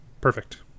Perfect